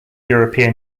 european